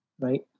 Right